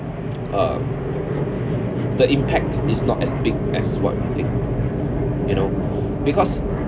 uh the impact is not as big as what we think you know because